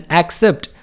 accept